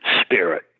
spirit